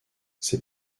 ses